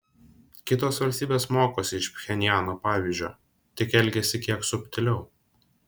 kitos valstybės mokosi iš pchenjano pavyzdžio tik elgiasi kiek subtiliau